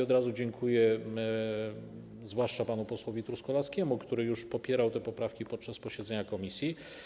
Od razu dziękuję zwłaszcza panu posłowi Truskolaskiemu, który już popierał te poprawki podczas posiedzenia komisji.